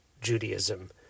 Judaism